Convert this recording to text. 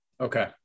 Okay